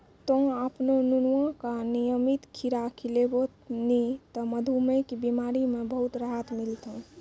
तोहॅ आपनो नुनुआ का नियमित खीरा खिलैभो नी त मधुमेह के बिमारी म बहुत राहत मिलथौं